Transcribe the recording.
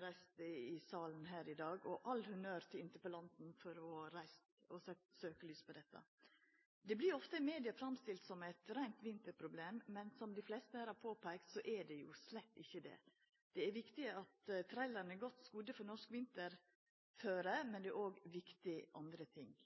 reist i salen her i dag – all honnør til interpellanten for å ha sett søkjelys på dette. I media vert dette ofte framstilt som eit reint vinterproblem, men som dei fleste her har påpeikt, er det slett ikkje det. Det er viktig at trailerane er godt skodde for norsk vinterføre, men òg andre ting er viktige.